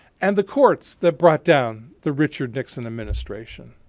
and the courts, that brought down the richard nixon administration.